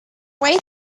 way